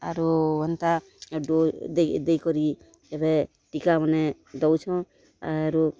ଆରୁ ଏନ୍ତା ଡ଼ୋଜ୍ ଦେଇକରି ଏବେ ଟୀକାମାନେ ଦଉଛଁ ଆରୁ